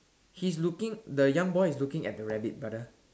he's looking the young boy is looking at the rabbit brother